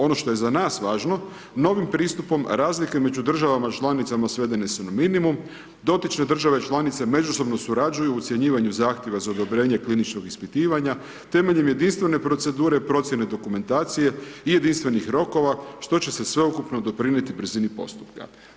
Ono što je za nas važno, novim pristupom razlike među državama članicama svedene su na minimum, dotične države članice međusobno surađuju u ocjenjivanju zahtjeva za odobrenje kliničkog ispitivanja temeljem jedinstvene procedure, procijene dokumentacije i jedinstvenih rokova, što će se sveukupno doprinijeti brzini postupka.